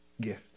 gift